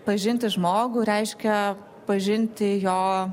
pažinti žmogų reiškia pažinti jo